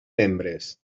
membres